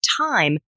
Time